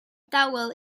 dawel